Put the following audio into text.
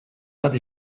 bat